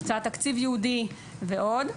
הקצאת תקציב ייעודי ועוד.